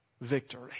victory